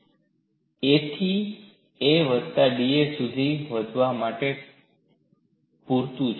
a થી a વત્તા da સુધી વધવા માટે પૂરતું છે